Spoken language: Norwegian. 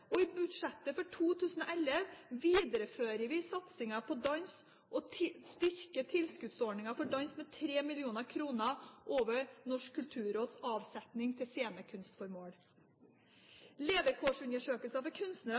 og i budsjettet for 2011 viderefører vi satsingen på dans og styrker tilskuddsordningen for dans med 3 mill. kr over Norsk kulturråds avsetning til scenekunstformål. Levekårsundersøkelsen for kunstnere